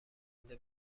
مونده